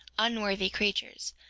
unworthy creatures,